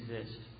exist